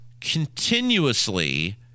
continuously